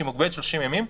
שמוגבלת לשלושים ימים.